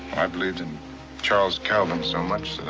i believed in charles calvin so much that